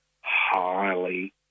highly